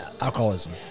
alcoholism